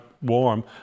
warm